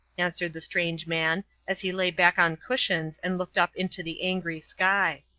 answered the strange man, as he lay back on cushions and looked up into the angry sky.